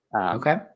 Okay